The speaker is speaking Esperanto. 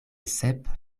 sep